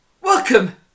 welcome